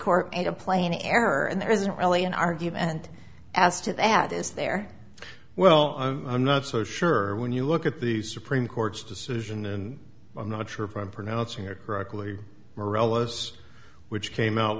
court made a plain error and there isn't really an argument as to that is there well i'm not so sure when you look at the supreme court's decision and i'm not sure if i'm pronouncing it correctly morel us which came out